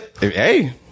Hey